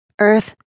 Earth